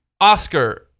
Oscar